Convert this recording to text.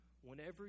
whenever